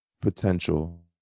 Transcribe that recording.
potential